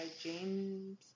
James